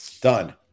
done